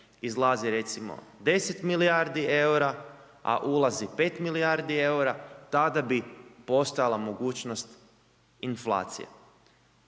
izlazi recimo 10 milijardi eura a ulazi 5 milijardi eura, tada bi postojala mogućnost inflacije.